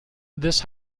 this